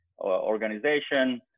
organization